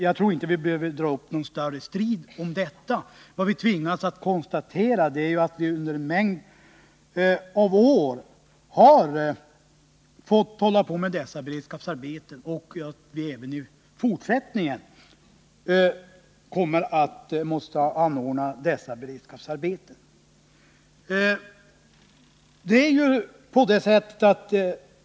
Jag tror inte att vi behöver ta upp någon strid om det. Vad vi tvingas konstatera är att man under många år har fått hålla på med beredskapsarbeten och att vi även i fortsättningen kommer att vara nödsakade att anordna sådana.